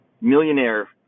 millionaire